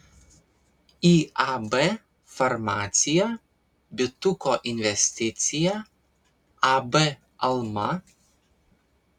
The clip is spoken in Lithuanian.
iab farmacija bituko investicija ab alma